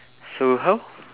so how